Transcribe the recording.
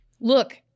Look